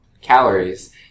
calories